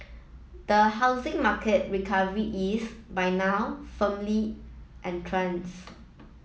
the housing market recovery is by now firmly entrenched